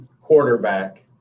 quarterback